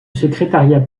secrétariat